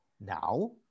Now